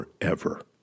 forever